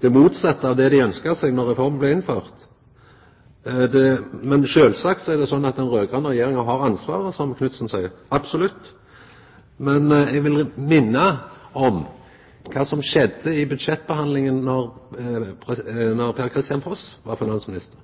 det motsette av det dei ønskte då reforma blei innført. Sjølvsagt er det sånn at den raud-grøne regjeringa har ansvaret, som Knudsen seier – absolutt. Men eg vil minna om kva som skjedde ein del gonger i budsjettbehandlinga då Per-Kristian Foss var finansminister.